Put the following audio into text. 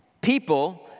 People